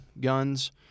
guns